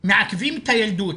מעכבים את הילדות,